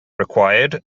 required